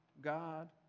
God